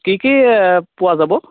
কি কি পোৱা যাব